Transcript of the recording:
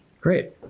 Great